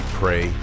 pray